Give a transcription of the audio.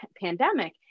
pandemic